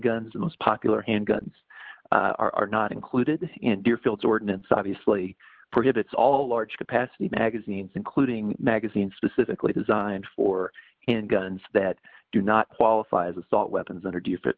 guns most popular handguns are not included in deerfield ordinance obviously prohibits all large capacity magazines including magazines specifically designed for in guns that do not qualify as assault weapons or do you fit